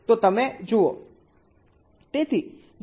તો તમે જુઓ